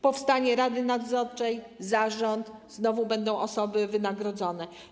Powstanie rada nadzorcza, zarząd, znowu będą osoby wynagrodzone.